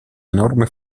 enorme